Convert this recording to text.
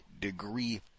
degree